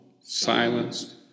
silenced